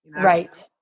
Right